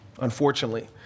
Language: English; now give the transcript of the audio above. unfortunately